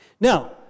Now